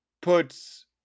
puts